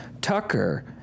Tucker